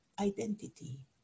identity